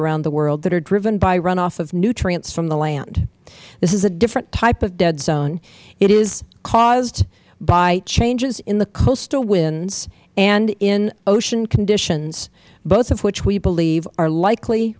around the world that are driven by runoff of nutrients from the land this is a different type of dead zone it is caused by changes in the coastal winds and in ocean conditions both of which we believe are likely